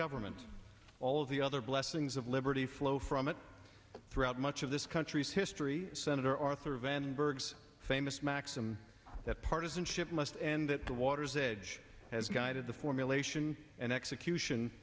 government all of the other blessings of liberty flow from it throughout much of this country's history senator arthur vandenberg famous maxim that partisanship must end at the water's edge has guided the formulation and execution